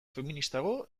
feministago